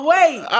Wait